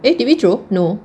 individual no